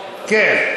כן.